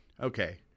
okay